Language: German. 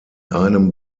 einem